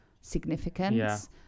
significance